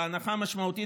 בהנחה משמעותית,